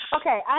Okay